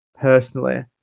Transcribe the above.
personally